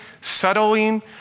settling